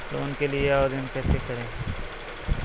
Loan के लिए आवेदन कैसे करें?